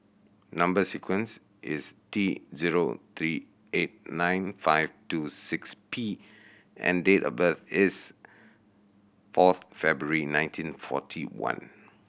number sequence is T zero three eight nine five two six P and date of birth is fourth February nineteen forty one